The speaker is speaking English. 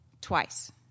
twice